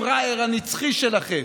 הפראייר הנצחי שלכם.